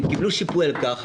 הם קיבלו שיפוי על כך.